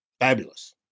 fabulous